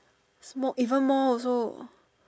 smoke even more also